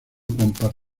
comparó